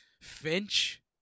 Finch